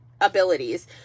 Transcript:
abilities